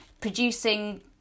producing